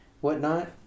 whatnot